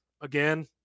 Again